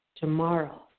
Tomorrow